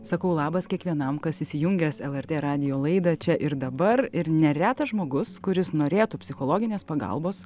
sakau labas kiekvienam kas įsijungęs lrt radijo laidą čia ir dabar ir neretas žmogus kuris norėtų psichologinės pagalbos